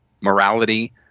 morality